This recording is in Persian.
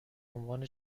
عنوان